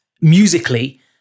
musically